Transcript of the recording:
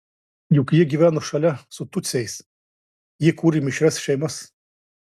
juk jie gyveno šalia su tutsiais jie kūrė mišrias šeimas